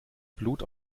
blut